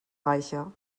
reicher